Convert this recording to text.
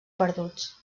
perduts